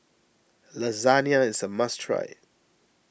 Lasagne is a must try